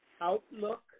Outlook